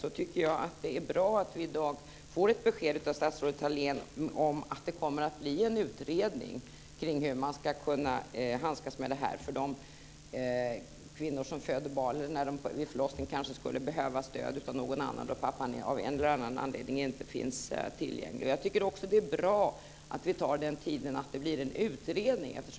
Jag tycker att det är bra att vi i dag får ett besked av statsrådet Thalén om att det kommer att bli en utredning om hur man ska handskas med det här. Kvinnor som föder barn skulle kanske vid förlossningen behöva stöd av någon annan, då pappan av en eller annan anledning inte finns tillgänglig. Jag tycker också att det är bra att det blir tid till en utredning.